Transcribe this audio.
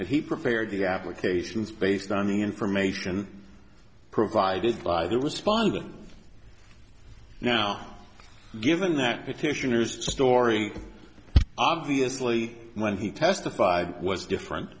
he prepared the applications based on the information provided by the respondent now given that petitioners story obviously when he testified was different